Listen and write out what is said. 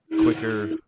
quicker